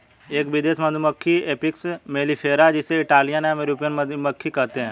एक विदेशी मधुमक्खी एपिस मेलिफेरा जिसे इटालियन या यूरोपियन मधुमक्खी कहते है